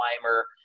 climber